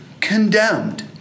condemned